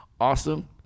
awesome